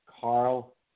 Carl